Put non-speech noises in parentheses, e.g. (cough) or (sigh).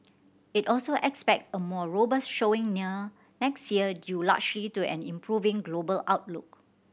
it also expect a more robust showing (unintelligible) next year due largely to an improving global outlook